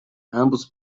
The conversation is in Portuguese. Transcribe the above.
ambos